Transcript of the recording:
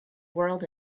world